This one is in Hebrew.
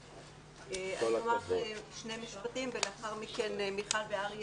אני אומר שני משפטים ולאחר מכן מיכל ואריה